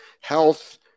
health